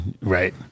Right